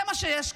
זה מה שיש כאן.